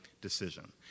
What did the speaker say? decision